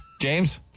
James